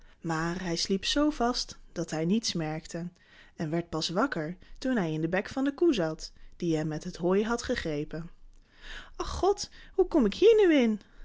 maar hij sliep zoo vast dat hij niets merkte en werd pas wakker toen hij in den bek van de koe zat die hem met het hooi had gegrepen ach god hoe kom ik hier nu in